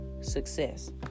success